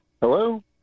Hello